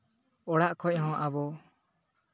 ᱚᱲᱟᱜ ᱠᱷᱚᱡ ᱦᱚᱸ ᱟᱵᱚ